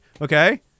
okay